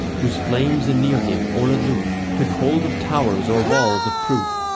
whose flames anear him or aloof took hold of towers or walls of proof,